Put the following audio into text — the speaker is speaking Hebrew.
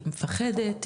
היא מפחדת,